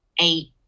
eight